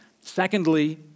Secondly